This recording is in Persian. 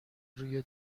روی